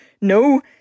no